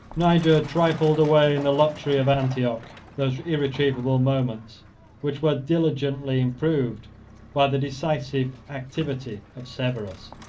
niger trifled away in the luxury of antioch those irretrievable moments which were diligently improved by the decisive activity of severus.